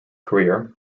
career